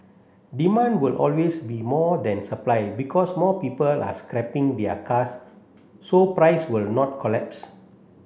demand will always be more than supply because more people are scrapping their cars so price will not collapse